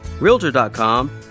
Realtor.com